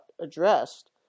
addressed